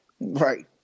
right